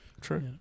true